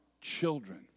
children